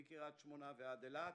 מקריית שמונה עד אילת.